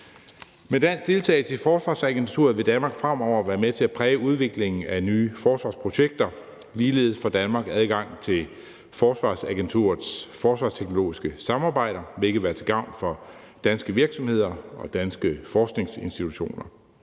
Med dansk deltagelse i Forsvarsagenturet vil Danmark fremover være med til at præge udviklingen af nye forsvarsprojekter. Ligeledes får Danmark adgang til Forsvarsagenturets forsvarsteknologiske samarbejder, hvilket vil være til gavn for danske virksomheder og danske forskningsinstitutioner.